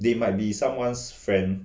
they might be someone friend